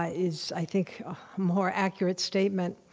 ah is, i think, a more accurate statement.